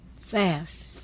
fast